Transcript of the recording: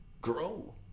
grow